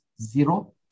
zero